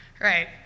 right